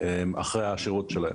אחרי השירות שלהם.